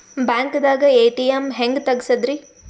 ಬ್ಯಾಂಕ್ದಾಗ ಎ.ಟಿ.ಎಂ ಹೆಂಗ್ ತಗಸದ್ರಿ?